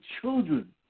children